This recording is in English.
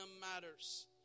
matters